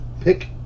pick